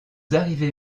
arrivez